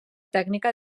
tècnica